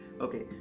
okay